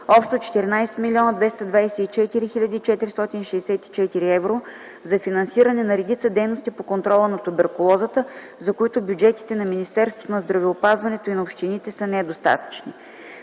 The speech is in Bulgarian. общо 14 млн. 224 хил. 464 евро за финансиране на редица дейности по контрола на туберкулозата, за които бюджетите на Министерството на здравеопазването и на общините са недостатъчни.